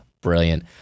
brilliant